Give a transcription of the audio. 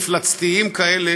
מפלצתיים כאלה,